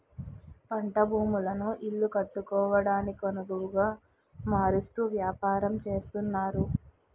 పంట భూములను ఇల్లు కట్టుకోవడానికొనవుగా మారుస్తూ వ్యాపారం చేస్తున్నారు